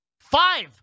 Five